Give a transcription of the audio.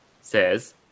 says